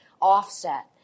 offset